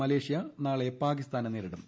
Malaysia നാളെ പ്പാക്രിസ്ഥാനെ നേരിടും